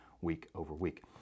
week-over-week